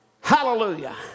Hallelujah